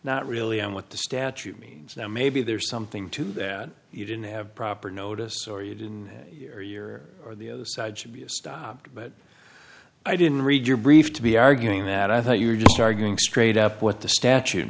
not really what the statute means that maybe there's something to that you didn't have proper notice or you didn't hear year or the side should be stopped but i didn't read your brief to be arguing that i thought you were just arguing straight up what the statute